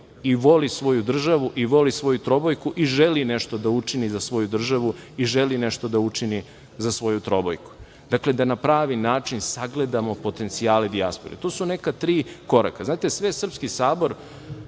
i voli svoju državu i voli svoju trobojku i želi nešto da učini za svoju državu i želi nešto da učini za svoju trobojku. Dakle, da na pravi način sagledamo potencijale dijaspore. To su neka tri koraka. Znate, Svesrpski sabor